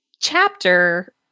chapter